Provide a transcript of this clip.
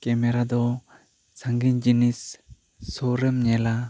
camera ᱫᱚ ᱥᱟᱺᱜᱤᱱ ᱡᱤᱱᱤᱥ ᱥᱩᱨ ᱨᱮᱢ ᱧᱮᱞᱟ